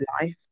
life